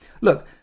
Look